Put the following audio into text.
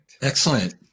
excellent